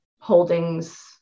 holdings